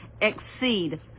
exceed